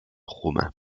romains